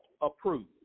approved